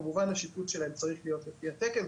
כמובן השיפוץ שלהם צריך להיות לפי התקן,